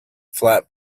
flap